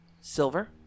silver